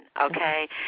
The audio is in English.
Okay